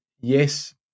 Yes